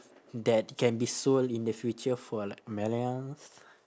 that can be sold in the future for like millions